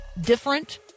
different